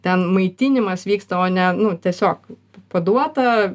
ten maitinimas vyksta o ne nu tiesiog paduota